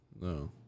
No